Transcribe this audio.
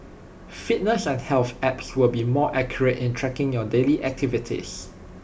fitness and health apps will be more accurate in tracking your daily activities